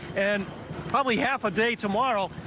and probably half a today. tomorrow.